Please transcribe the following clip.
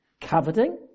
coveting